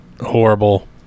horrible